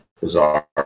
Bizarre